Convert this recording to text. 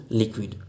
liquid